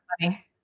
money